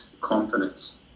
confidence